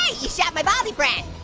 you shot my baldy friend.